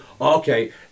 okay